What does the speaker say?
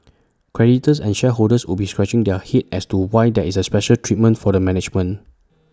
creditors and shareholders would be scratching their heads as to why there is A special treatment for the management